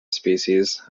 species